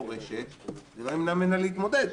כפורשת זה לא ימנע ממנה להתמודד,